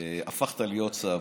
שהפכת להיות סבא.